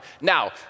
Now